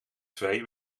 twee